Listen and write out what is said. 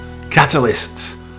Catalysts